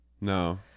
no